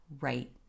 right